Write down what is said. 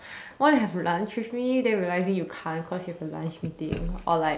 want to have lunch with me then realising you can't cause you have a lunch meeting or like